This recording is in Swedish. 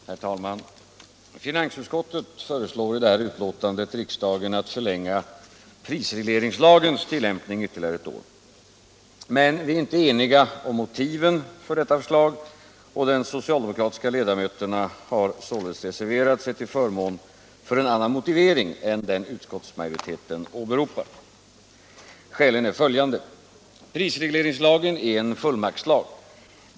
Herr talman! Finansutskottet föreslår i detta betänkande riksdagen att förlänga prisregleringslagens tillämpning ytterligare ett år. Men vi är inte eniga om motiven för detta förslag, och de socialdemokratiska ledamöterna har således reserverat sig till förmån för en annan motivering än den utskottsmajoriteten åberopar. Skälen är följande. Prisregleringslagen är en fullmaktslag.